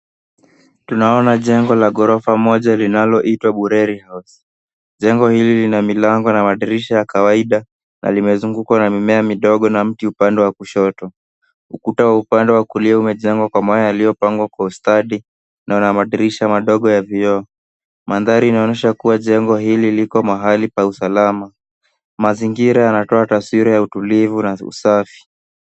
Tunaona jengo la gorofa moja linaloitwa Bureri house. Jengo hili lina milango na madirisha ya kawaida na limezungukwa na mimea midogo na mti upande wa kushoto. Ukuta wa upande wa kulia umejengwa kwa mawe yalipangwa kwa ustadi na una madirisha madogo ya vioo. Mandhari inaonyesha kuwa jengo hili liko mahali pa usalama. Mazingira yanatoa taswira ya utulivu na usafi.